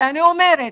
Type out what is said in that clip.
אני אומרת,